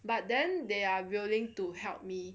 but then they are willing to help me